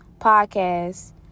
podcast